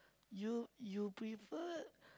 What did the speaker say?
you you prefer